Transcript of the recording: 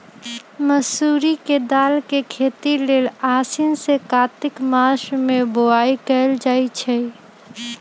मसूरी के दाल के खेती लेल आसीन से कार्तिक मास में बोआई कएल जाइ छइ